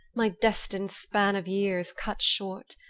my destined span of years cut short.